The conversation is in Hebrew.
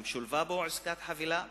גם שולבה בו עסקת חבילה